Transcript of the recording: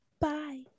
Bye